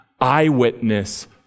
eyewitness